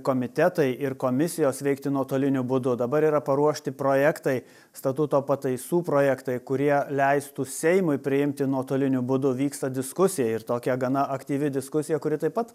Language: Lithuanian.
komitetai ir komisijos veikti nuotoliniu būdu dabar yra paruošti projektai statuto pataisų projektai kurie leistų seimui priimti nuotoliniu būdu vyksta diskusija ir tokia gana aktyvi diskusija kuri taip pat